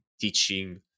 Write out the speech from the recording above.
teaching